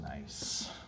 nice